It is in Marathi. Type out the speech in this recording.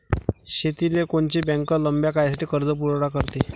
शेतीले कोनची बँक लंब्या काळासाठी कर्जपुरवठा करते?